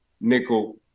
nickel